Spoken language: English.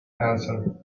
answer